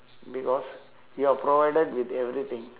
because you are provided with everything